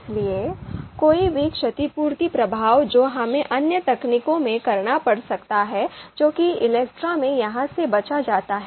इसलिए कोई भी क्षतिपूर्ति प्रभाव जो हमें अन्य तकनीकों में करना पड़ सकता है जो कि इलेक्ट्रा में यहां से बचा जाता है